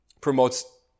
promotes